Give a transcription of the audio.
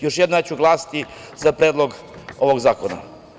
Još jednom, ja ću glasati za predlog ovog zakona.